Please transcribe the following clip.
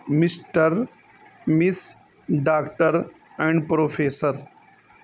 mister miss doctor and professor